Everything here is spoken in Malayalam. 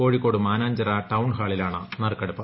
കോഴിക്കോട് മാനാഞ്ചിറ ടൌൺഹാളിലാണ് നറുക്കെടുപ്പ്